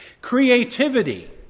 Creativity